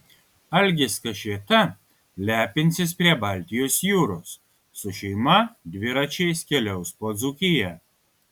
algis kašėta lepinsis prie baltijos jūros su šeima dviračiais keliaus po dzūkiją